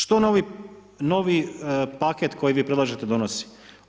Što novi paket koji vi predlažete donosi?